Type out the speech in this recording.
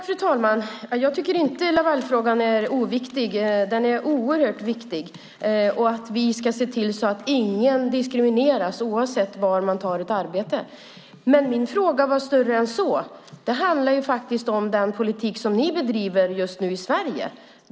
Fru talman! Jag tycker inte att Lavalfrågan är oviktig. Den är oerhört viktig. Vi ska se till att ingen diskrimineras oavsett var man tar ett arbete. Men min fråga var större än så. Den handlar faktiskt om den politik som ni bedriver just nu i Sverige.